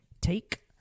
take